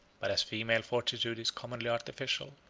but as female fortitude is commonly artificial,